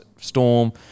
Storm